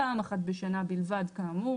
פעם אחת בשנה בלבד, כאמור.